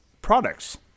products